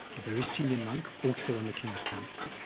a very senior monk, also on the king's council,